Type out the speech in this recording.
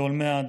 לעולמי עד.